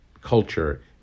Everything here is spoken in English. culture